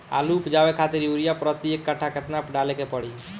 आलू उपजावे खातिर यूरिया प्रति एक कट्ठा केतना डाले के पड़ी?